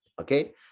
okay